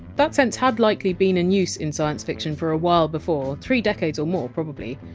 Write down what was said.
that sense had likely been in use in science fiction for a while before, three decades or more probably!